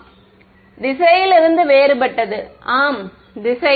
மாணவர் திசையிலிருந்து வேறுபட்டது ஆம் திசை